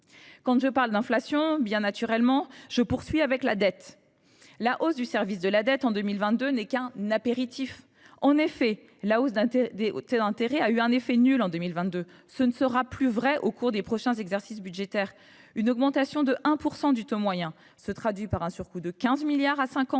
Puisque je parle d’inflation, je poursuis naturellement avec la dette. La hausse du service de la dette, en 2022, n’est qu’un « apéritif ». En effet, la hausse des taux d’intérêt a eu un effet nul en 2022. Ce ne sera plus vrai au cours des prochains exercices budgétaires : une augmentation de 1 % du taux moyen se traduit par un surcoût de 15 milliards